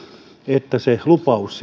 että vaikka oli lupaus